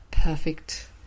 perfect